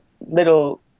little